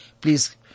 please